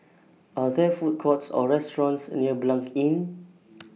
Are There Food Courts Or restaurants near Blanc Inn